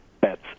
bets